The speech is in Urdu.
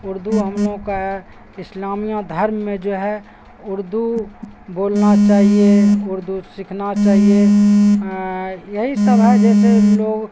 اردو ہم لوگ کا ہے اسلامیہ دھرم میں جو ہے اردو بولنا چاہیے اردو سیکھنا چاہیے یہی سب ہے جیسے لوگ